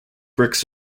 bricks